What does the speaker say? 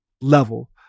level